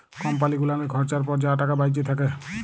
কম্পালি গুলালের খরচার পর যা টাকা বাঁইচে থ্যাকে